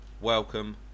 welcome